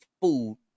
food